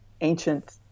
ancient